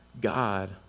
God